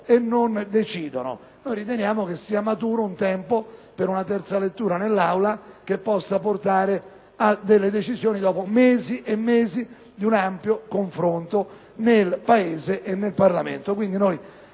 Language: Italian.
e senza decidere. Riteniamo che sia maturo il tempo per una terza lettura dell'Assemblea, che possa portare a delle decisioni, dopo mesi e mesi di ampio confronto nel Paese e nel Parlamento.